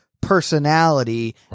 personality